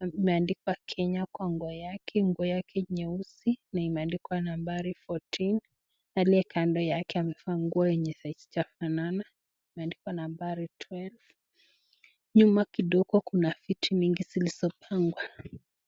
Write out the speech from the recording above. imeandikwa Kenya kwa nguo , nguo yake nyeusi na imeandikwa nambari 14 aliyekando yake amevaa nguo haichafanana imeandikwa nambari 20 nyuma kidogo Kuna vitu mingi silisopangwa.